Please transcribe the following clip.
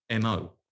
mo